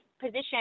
position